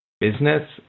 business